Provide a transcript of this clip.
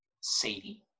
Sadie